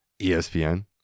ESPN